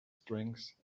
strength